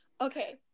Okay